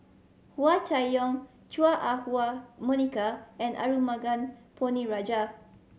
Hua Chai Yong Chua Ah Huwa Monica and Arumugam Ponnu Rajah